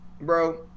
Bro